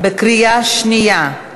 קריאה שנייה.